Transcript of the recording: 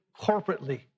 corporately